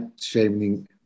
shaming